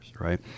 right